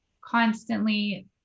constantly